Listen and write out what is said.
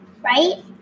right